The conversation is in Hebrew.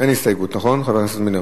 אין הסתייגות, נכון, חבר הכנסת מילר?